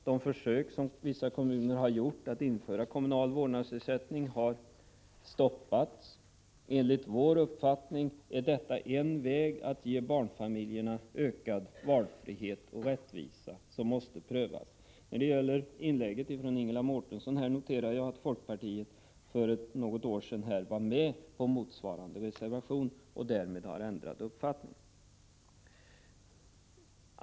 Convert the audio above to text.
De försök som vissa kommuner har gjort att införa kommunal vårdnadsersättning har stoppats. Enligt vår uppfattning är detta en väg som måste prövas för att ge barnfamiljerna ökad valfrihet och rättvisa. När det gäller Ingela Mårtenssons inlägg noterar jag att folkpartiet för något år sedan var med på motsvarande reservation. Nu har man ändrat uppfattning.